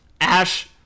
Ash